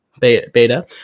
beta